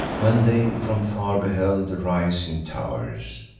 when they from far beheld the rising tow'rs,